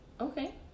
Okay